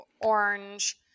orange